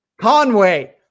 Conway